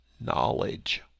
knowledge